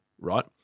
right